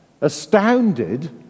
astounded